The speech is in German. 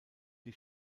die